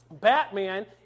Batman